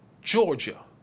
Georgia